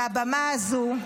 מהבמה הזו,